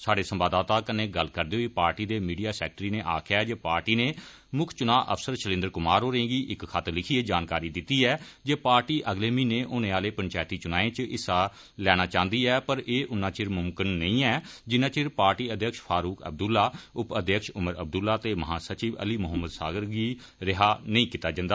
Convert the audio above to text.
साढ़े संवाददाता कन्नै गल्ल करदे होई पार्टी दे मीडिया सैक्रेटरी नै आखेआ जे पार्टी नै मुक्ख चुना अफसर शैलेन्द्र कुमार होरें गी इक खत लिखियै जानकारी दिती ऐ जे पार्टी अगले म्हीने होने आले पंचायती चुनाएं च हिस्सा लैना चाहन्दी ऐ पर एह उच्चर मुमकन नीं ऐ जिच्चर पार्टी अध्यक्ष फारुख अब्दुल्ला उपाध्यक्ष उमर अब्दुल्ला ते महासचिव अली मुहम्मद सागर गी रिहा नेईं कीता जन्दा